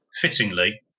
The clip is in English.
fittingly